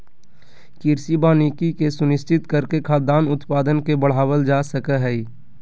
कृषि वानिकी के सुनिश्चित करके खाद्यान उत्पादन के बढ़ावल जा सक हई